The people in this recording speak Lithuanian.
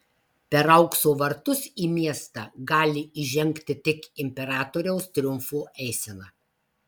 per aukso vartus į miestą gali įžengti tik imperatoriaus triumfo eisena